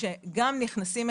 סגנית שר האוצר מיכל מרים